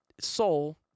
soul